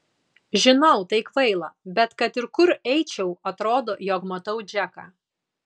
žinau tai kvaila bet kad ir kur eičiau atrodo jog matau džeką